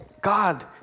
God